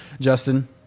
Justin